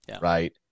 Right